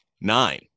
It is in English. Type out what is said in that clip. nine